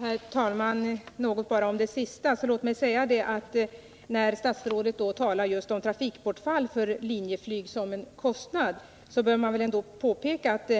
Herr talman! Bara några ord om det senaste inlägget. När statsrådet talar om trafikbortfall för Linjeflyg som en kostnad bör man ändå påpeka att